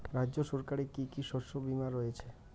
রাজ্য সরকারের কি কি শস্য বিমা রয়েছে?